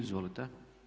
Izvolite.